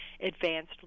advanced